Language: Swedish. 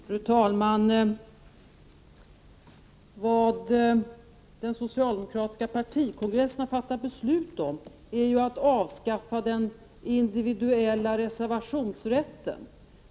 Fru talman! Vad den socialdemokratiska partikongressen har fattat beslut om är att avskaffa den individuella reservationsrätten.